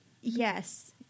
Yes